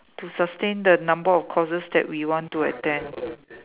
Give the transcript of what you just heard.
to sustain the number of courses that we want to attend